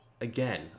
again